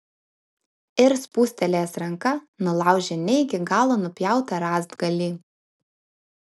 ir spūstelėjęs ranka nulaužė ne iki galo nupjautą rąstgalį